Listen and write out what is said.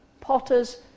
Potters